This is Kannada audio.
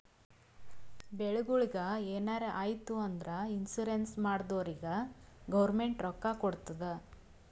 ಬೆಳಿಗೊಳಿಗ್ ಎನಾರೇ ಆಯ್ತು ಅಂದುರ್ ಇನ್ಸೂರೆನ್ಸ್ ಮಾಡ್ದೊರಿಗ್ ಗೌರ್ಮೆಂಟ್ ರೊಕ್ಕಾ ಕೊಡ್ತುದ್